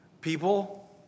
people